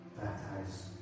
baptize